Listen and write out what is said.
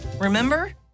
remember